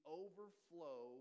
overflow